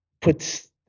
puts